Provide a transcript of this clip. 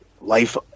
life